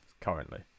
currently